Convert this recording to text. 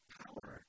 power